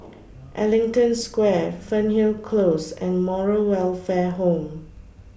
Ellington Square Fernhill Close and Moral Welfare Home